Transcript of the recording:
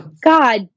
God